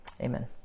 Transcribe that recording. Amen